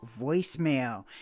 voicemail